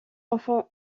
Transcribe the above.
enfants